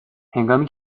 هنگامی